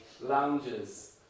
lounges